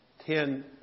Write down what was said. ten